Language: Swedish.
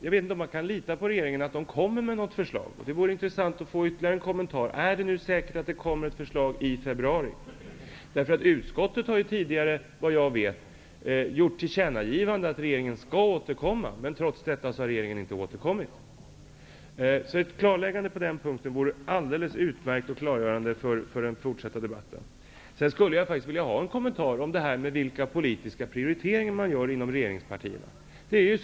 Jag vet inte om man kan lita på att regeringen kommer med ett förslag, och det vore bra att här få bekräftat att det kommer ett förslag i februari. Utskottet har tidigare, såvitt jag vet, föreslagit riksdagen att ge till känna sitt krav att regeringen skall återkomma, men trots detta har regeringen inte framlagt något förslag. Ett klarläggande på den punkten vore mycket värdefullt för den fortsatta debatten. Sedan skulle jag faktiskt också vilja ha en kommentar till frågan vilka politiska prioriteringar man gör inom regeringspartierna.